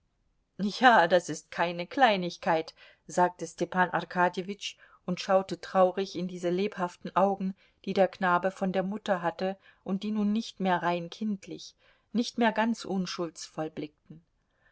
ja das ist keine kleinigkeit sagte stepan arkadjewitsch und schaute traurig in diese lebhaften augen die der knabe von der mutter hatte und die nun nicht mehr rein kindlich nicht mehr ganz unschuldsvoll blickten